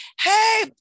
hey